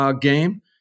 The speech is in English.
game